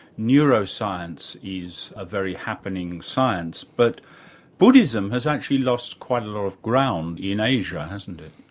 neuroscience is a very happening science, but buddhism has actually lost quite a lot of ground in asia, hasn't it?